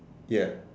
ya